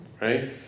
right